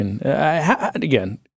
Again